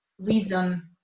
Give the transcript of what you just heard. reason